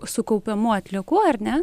sukaupiamų atliekų ar ne